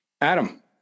Adam